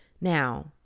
Now